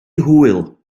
hwyl